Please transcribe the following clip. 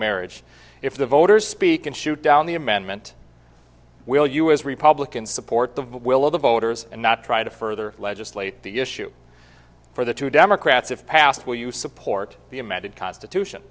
marriage if the voters speak and shoot down the amendment will you as republicans support the will of the voters and not try to further legislate the issue for the two democrats if passed will you support the amended constitution